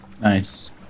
Nice